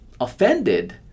offended